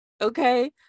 okay